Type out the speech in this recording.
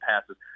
passes